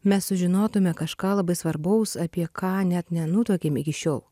mes sužinotume kažką labai svarbaus apie ką net nenutuokėm iki šiol